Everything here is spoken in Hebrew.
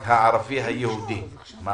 (היו"ר משה גפני,